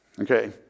Okay